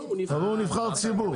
הרי הוא נבחר ציבור.